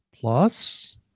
Plus